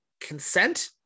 consent